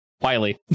Wiley